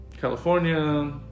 California